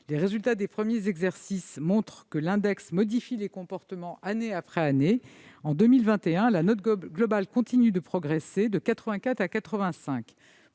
Les résultats des premiers exercices montrent que l'index modifie les comportements, année après année. En 2021, la note globale continue de progresser, passant de 84 à 85.